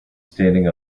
standing